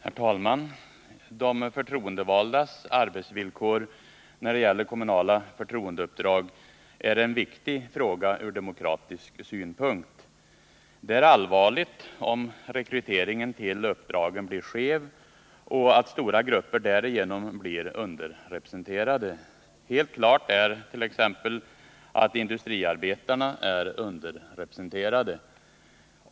Herr talman! De förtroendevaldas arbetsvillkor när det gäller kommunala förtroendeuppdrag är en viktig fråga ur demokratisk synpunkt. Det är allvarligt om rekryteringen till uppdragen blir skev så att stora grupper därigenom blir underrepresenterade. Helt klart är att t.ex. industriarbetarna är underrepresenterade.